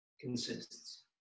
consists